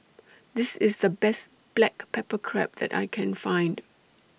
This IS The Best Black Pepper Crab that I Can Find